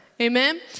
amen